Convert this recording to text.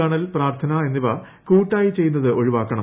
കാണൽ പ്രാർത്ഥന എന്നിവ കൂട്ടായ് ചെയ്യുന്നത് ഒഴിവാക്കണം